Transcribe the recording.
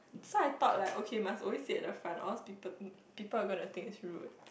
so I thought like okay must always sit at the front or else people people think it is rude